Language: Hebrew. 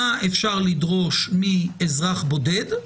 מה אפשר לדרוש מאזרח בודד,